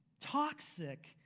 toxic